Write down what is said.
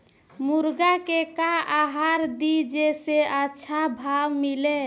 मुर्गा के का आहार दी जे से अच्छा भाव मिले?